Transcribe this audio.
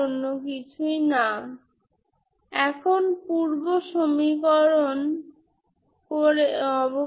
আমরা singular Sturm Liouville সিস্টেমের জন্য এখানে একটি উদাহরণ দেব